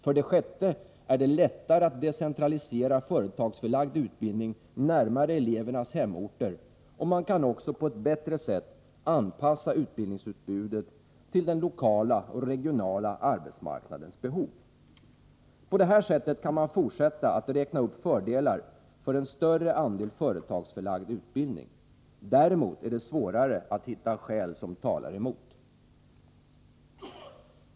För det sjätte är det lättare att decentralisera företagsförlagd utbildning närmare elevernas hemorter, och man kan också på ett bättre sätt anpassa utbildningsutbudet till den lokala och regionala arbetsmarknadens behov. På det här sättet kan man fortsätta att räkna upp fördelar för en större andel företagsförlagd utbildning. Däremot är det svårare att hitta skäl som talar emot.